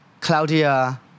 Claudia